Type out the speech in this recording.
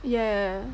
yeah